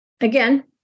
again